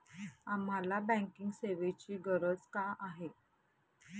आम्हाला बँकिंग सेवेची गरज का आहे?